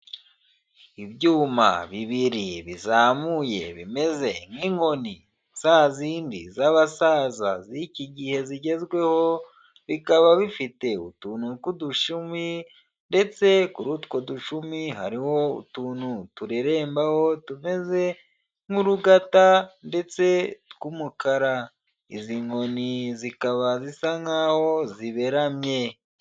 Ibyuma bibiri bizamuye bimeze nk'inkoni za zindi z'abasaza z'iki gihe zigezweho bikaba bifite utunu tw'udushumi ndetse kuri utwo ducumi hariho utuntu turerembaho tumeze nk'urugata ndetse tw'umukara, izi nkoni zikaba zisa nk'aho ziberamye.